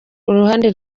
ruhande